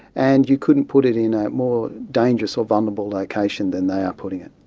and you couldn't put it in a more dangerous or vulnerable location than they are putting it.